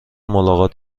ملاقات